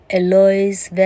Eloise